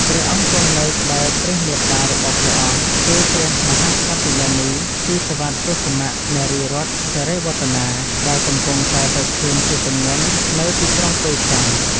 ព្រះអង្គគង់នៅក្បែរព្រះមាតារបស់ព្រះអង្គ គឺ ព្រះមហាក្សត្រិយានី ស៊ីសុវត្ថិ កុសុមៈ នារីរតន៍ សិរីវឌ្ឍនា ដែលកំពុងតែប្រឈួនជាទម្ងន់នៅទីក្រុងប៉េកាំង។